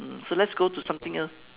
mm so let's go to something else